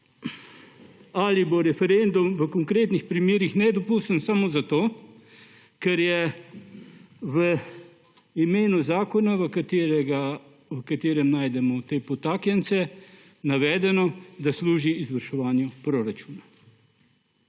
Ali bo referendum v konkretnih primerih nedopusten samo zato, ker je v imenu zakona, v katerem najdemo te potaknjence, navedeno, da služi izvrševanju proračuna?